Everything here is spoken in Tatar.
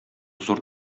зур